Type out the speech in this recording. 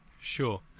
Sure